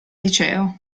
liceo